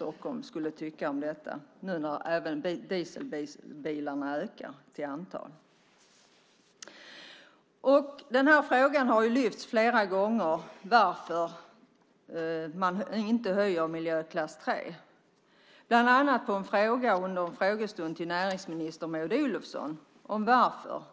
Jag undrar vad de skulle tycka om detta nu när även dieselbilarna ökar i antal. Frågan om varför man inte höjer skatten på miljöklass 3 har lyfts upp flera gånger. Den ställdes bland annat till näringsminister Maud Olofsson under en frågestund.